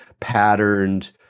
patterned